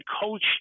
coach